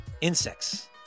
insects